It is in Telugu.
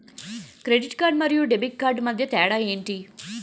క్రెడిట్ కార్డ్ మరియు డెబిట్ కార్డ్ మధ్య తేడా ఎంటి?